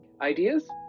ideas